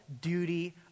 duty